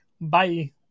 Bye